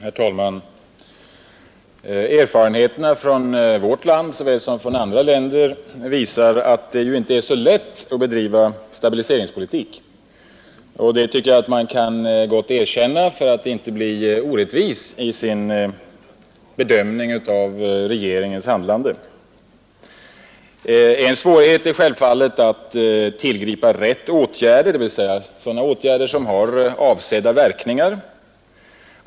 Herr talman! Erfarenheterna från vårt land såväl som från andra länder visar att det inte är så lätt att bedriva stabiliseringspolitik. Det tycker jag att man gott kan erkänna för att inte bli orättvis i sin bedömning av regeringens handlande. En svårighet är självfallet att tillgripa rätta åtgärder, dvs. sådana som har avsedda verkningar.